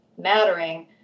mattering